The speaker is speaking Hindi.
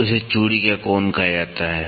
तो इसे चूड़ी का कोण कहा जाता है